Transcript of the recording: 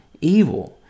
evil